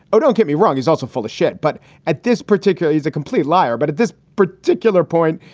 oh, don't get me wrong, he's also full of shit. but at this particular, he's a complete liar. but at this particular point,